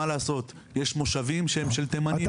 מה לעשות יש מושבים שהם של תימנים.